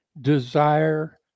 desire